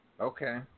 Okay